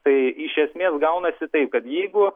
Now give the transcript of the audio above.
tai iš esmės gaunasi taip kad jeigu